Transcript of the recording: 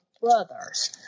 brothers